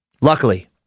Luckily